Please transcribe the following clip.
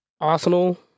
Arsenal